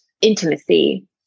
intimacy